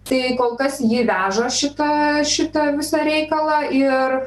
tai kol kas ji veža šitą šitą visą reikalą ir